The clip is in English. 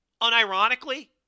unironically